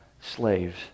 slaves